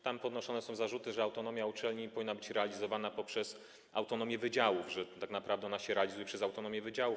Tam podnoszone są zarzuty, że autonomia uczelni powinna być realizowana poprzez autonomię wydziałów, że tak naprawdę ona się realizuje poprzez autonomię wydziałów.